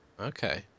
Okay